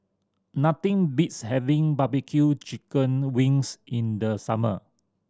nothing beats having barbecue chicken wings in the summer